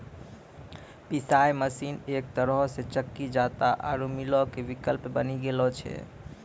पिशाय मशीन एक तरहो से चक्की जांता आरु मीलो के विकल्प बनी गेलो छै